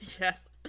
yes